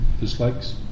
Dislikes